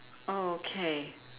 okay